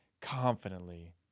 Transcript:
confidently